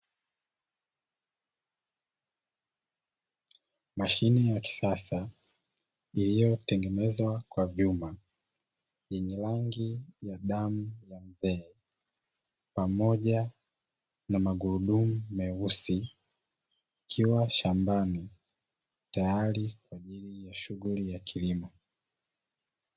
Mashine ya kisasa iliyotengenezwa kwa vyuma, yenye rangi ya damu ya mzee. Pamoja na magurudumu mieusi ikiwa shambani tayari kwa shughuli ya kilimo.